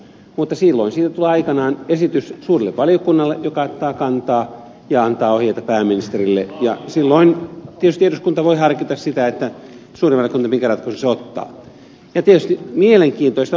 mutta silloin siitä tulee aikanaan esitys suurelle valiokunnalle joka ottaa kantaa ja antaa ohjeita pääministerille ja silloin tietysti eduskunta voi harkita sitä minkä ratkaisun suuri valiokunta tekee